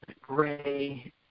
gray